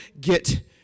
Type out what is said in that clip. get